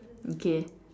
okay